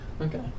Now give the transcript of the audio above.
Okay